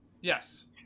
Yes